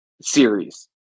series